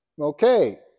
Okay